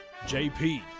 JP